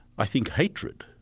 i think hatred,